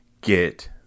get